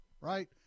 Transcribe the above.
right